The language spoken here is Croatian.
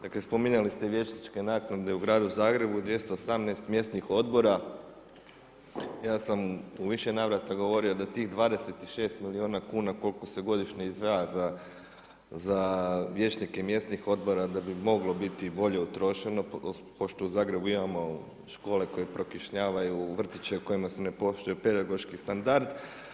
Dakle spominjali ste i vijećničke naknade u gradu Zagrebu, 218 mjesnih odbora, ja sam u više navrata govorio da tih 26 milijuna kuna koliko se godišnje izdvaja za vijećnike mjesnih odbora, da bi moglo biti i bolje utrošeno pošto u Zagrebu imamo škole koje prokišnjavaju, vrtiće u kojima se ne poštuje pedagoški standard.